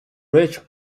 rich